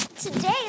today